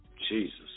Jesus